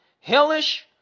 hellish